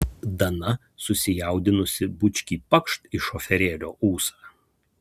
dana susijaudinusi bučkį pakšt į šoferėlio ūsą